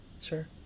sure